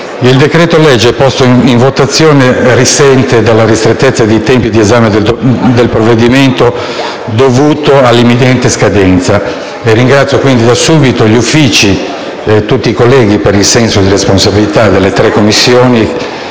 il decreto-legge posto in votazione risente della ristrettezza dei tempi di esame del provvedimento dovuti alla imminente scadenza. Ringrazio quindi da subito gli uffici e tutti i colleghi delle tre Commissioni